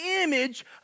image